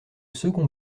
second